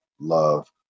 love